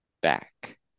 back